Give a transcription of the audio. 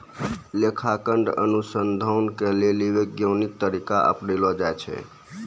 लेखांकन अनुसन्धान के लेली वैज्ञानिक तरीका अपनैलो जाय छै